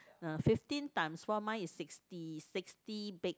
uh fifteen times four mine is sixty sixty baked